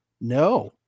No